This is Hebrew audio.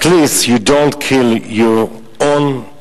at least you don't kill your own people.